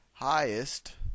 Highest